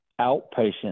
outpatient